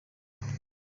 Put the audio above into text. him